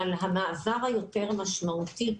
המעבר היותר משמעותי,